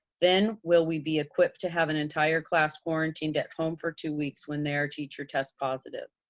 then will we be equipped to have an entire class quarantined at home for two weeks when their teacher tests positive.